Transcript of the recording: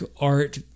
art